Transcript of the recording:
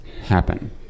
happen